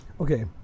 okay